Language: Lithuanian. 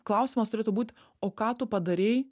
klausimas turėtų būt o ką tu padarei